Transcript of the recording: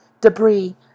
Debris